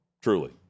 truly